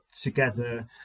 together